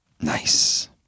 Nice